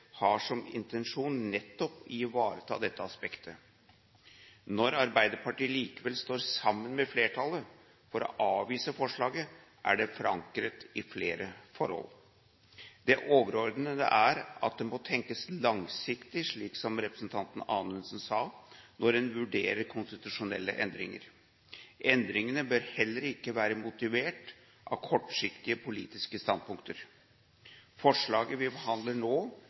har som intensjon nettopp å ivareta dette aspektet. Når Arbeiderpartiet likevel står sammen med flertallet om å avvise forslaget, er det forankret i flere forhold. Det overordnede er at det må tenkes langsiktig, slik som representanten Anundsen sa, når en vurderer konstitusjonelle endringer. Endringene bør heller ikke være motivert av kortsiktige politiske standpunkter. Forslaget vi behandler nå,